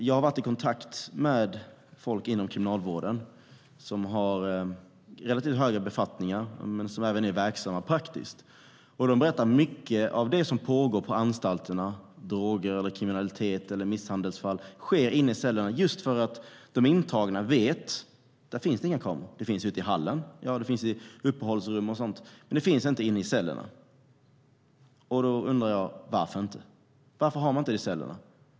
Jag har varit i kontakt med folk inom Kriminalvården som har relativt höga befattningar och även med dem som är verksamma praktiskt. De berättar att mycket av det som pågår på anstalterna - droghandel, kriminalitet, misshandelsfall - sker inne i cellerna, just för att de intagna vet att där inte finns kameror. Kameror finns i hallen, i uppehållsrum och så vidare men inte i cellerna. Varför? Varför finns inte kameror i cellerna?